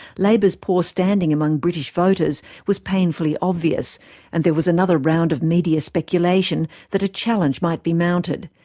labour's poor standing among british voters was painfully obvious and there was another round of media speculation that a challenge might be mounted,